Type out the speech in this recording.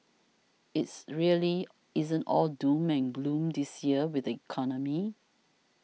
it's really isn't all doom and gloom this year with the economy